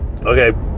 okay